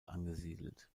angesiedelt